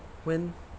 when